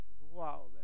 wow